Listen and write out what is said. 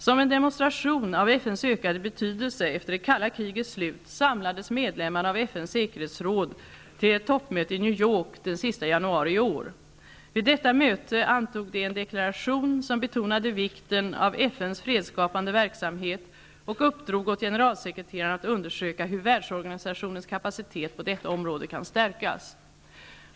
Som en demonstration av FN:s ökade betydelse efter det kalla krigets slut samlades medlemmarna av FN:s säkerhetsråd till ett toppmöte i New York den sista januari i år. Vid detta möte antog de en deklaration som betonade vikten av FN:s fredsskapande verksamhet och uppdrog åt generalsekreteraren att undersöka hur världsorganisationens kapacitet på detta område kan stärkas.